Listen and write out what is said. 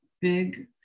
big